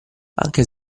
anche